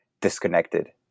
disconnected